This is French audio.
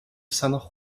san